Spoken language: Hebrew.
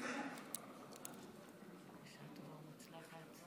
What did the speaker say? (חותם על ההצהרה)